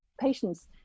patients